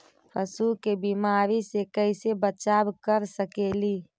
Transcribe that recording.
पशु के बीमारी से कैसे बचाब कर सेकेली?